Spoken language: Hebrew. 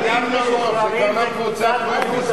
זה כבר לא קבוצת רוב,